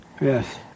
Yes